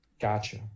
Gotcha